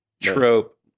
trope